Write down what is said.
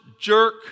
jerk